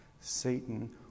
satan